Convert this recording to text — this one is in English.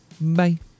Bye